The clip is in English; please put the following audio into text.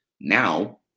now